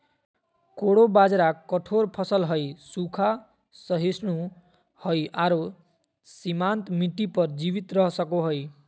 कोडो बाजरा कठोर फसल हइ, सूखा, सहिष्णु हइ आरो सीमांत मिट्टी पर जीवित रह सको हइ